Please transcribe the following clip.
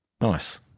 nice